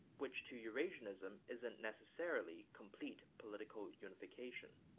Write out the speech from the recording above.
which to eurasianism isn't necessarily complete political unification.